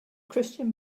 christian